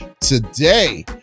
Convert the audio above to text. Today